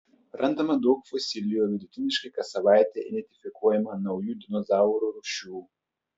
randama daug fosilijų vidutiniškai kas savaitę identifikuojama naujų dinozaurų rūšių